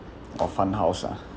or fund house lah